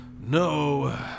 No